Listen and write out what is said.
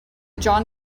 john